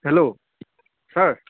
hello sir